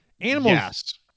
animals